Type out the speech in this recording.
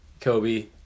Kobe